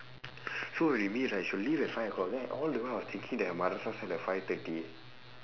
so when we meet right she'll leave at five o'clock then all the while I was thinking that her mother at like five thirty